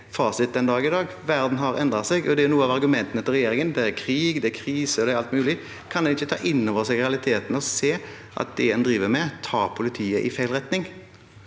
fasit den dag i dag? Verden har endret seg, og det er et av argumentene til regjeringen – det er krig, det er krise, det er alt mulig. Kan en ikke ta inn over seg realiteten og se at det en driver med, tar politiet i feil retning?